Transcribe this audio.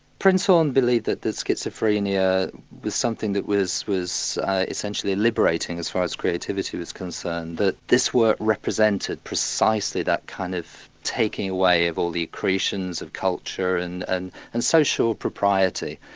prinzhorn believed that that schizophrenia was something that was was essentially liberating as far as creativity was concerned, that this work represented precisely that kind of taking away of all the accretions of culture and and and social propriety,